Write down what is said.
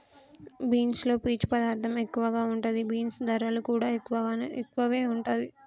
beans లో పీచు పదార్ధం ఎక్కువ ఉంటది, బీన్స్ ధరలు కూడా ఎక్కువే వుంటుంది